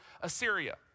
Assyria